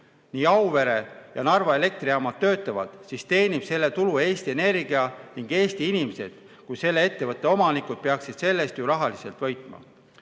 Kui Auvere ja Narva elektrijaamad töötavad, siis teenib selle tulu Eesti Energia ning Eesti inimesed kui selle ettevõtte omanikud peaksid sellest ju rahaliselt võitma.